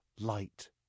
Light